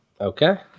Okay